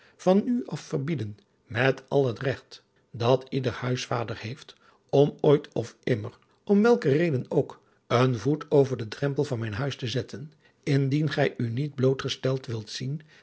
van nu af verbieden met al het regt dat ieder huisvader heeft om ooit of immer om welke reden ook een voet over den drempel van mijn huis te zetten indien gij u niet blootgesteld wilt zien